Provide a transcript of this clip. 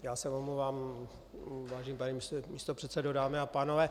Já se omlouvám, pane místopředsedo, dámy a pánové.